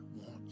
want